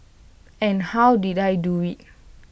and how did I do IT